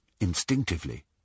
instinctively